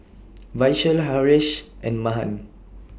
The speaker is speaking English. Vishal Haresh and Mahan